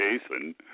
Jason